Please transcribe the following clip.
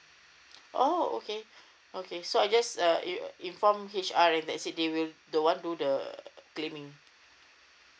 oh okay okay so I just uh in~ inform H_R that's it they will the one do the claiming